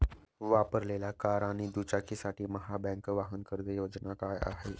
वापरलेल्या कार आणि दुचाकीसाठी महाबँक वाहन कर्ज योजना काय आहे?